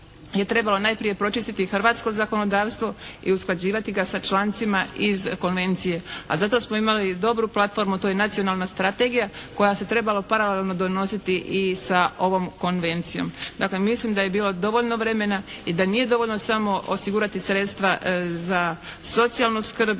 trebalo najprije pročistiti hrvatsko zakonodavstvo i usklađivati ga sa člancima iz konvencije, a za to smo imali dobru platformu, a to je Nacionalna strategija koja se trebala paralelno donositi i sa ovom konvencijom. Dakle, mislim da je bilo dovoljno vremena i da nije dovoljno samo osigurati sredstva za socijalnu skrb